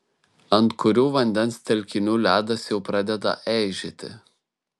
ant kurių vandens telkinių ledas jau pradeda eižėti